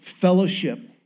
fellowship